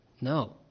No